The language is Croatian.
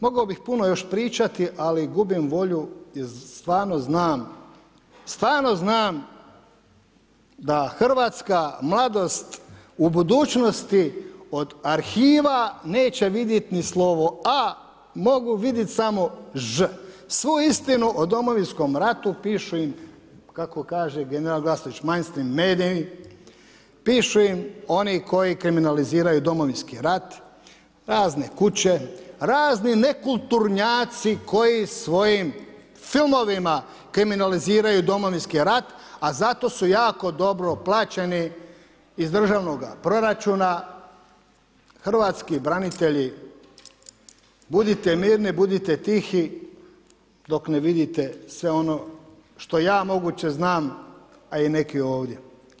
Mogao bi puno još pričati, ali gubim volju, jer stvarno znam, da Hrvatska mladost u budućnosti od arhiva neće vidjeti ni slovo A mogu vidjeti samo Ž. Svu istinu o Domovinskom ratu, pišu im kako kaže general Glasnović … pišu im oni koji kriminaliziraju Domovinski rat, razne kuće, razni nekulturnjaci koji svojim filmovima kriminaliziraju Domovinski rat a zato su jako dobro plaćeni iz državnoga proračuna hrvatski branitelji budite mirni, budite tihi dok ne vidite sve ono što ja moguće znam a i neki ovdje.